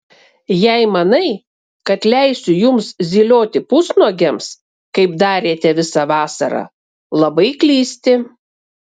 jei manai kad leisiu jums zylioti pusnuogiams kaip darėte visą vasarą labai klysti